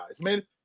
man